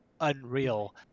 Unreal